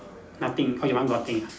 nothing oh your one got thing ah